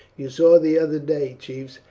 you saw the other day, chiefs,